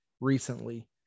recently